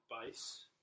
base